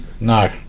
no